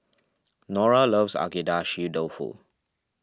Nora loves Agedashi Dofu